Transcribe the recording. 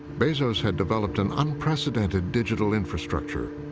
bezos had developed an unprecedented digital infrastructure.